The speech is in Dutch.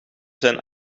zijn